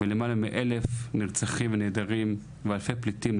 ולמעלה מאלף נרצחים ונעדרים ואלפי פליטים,